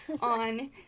on